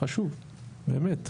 חשוב באמת.